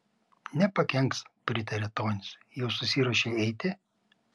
nepakenks pritarė tonis jau susiruošei eiti